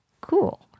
Cool